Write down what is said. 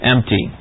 Empty